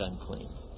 unclean